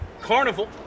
Carnival